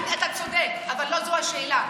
אתה צודק, אבל לא זו השאלה.